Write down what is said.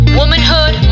womanhood